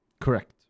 Correct